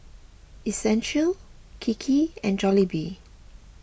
Essential Kiki and Jollibee